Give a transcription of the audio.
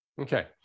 Okay